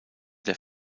der